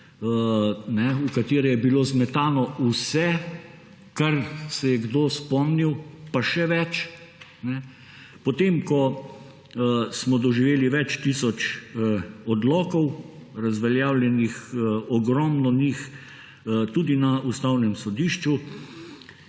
v katere je bilo zmetano vse, kar se je kdo spomnil, pa še več. Potem ko smo doživeli več tisoč odlokov, razveljavljenih ogromno njih tudi na Ustavnem sodišču,